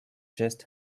just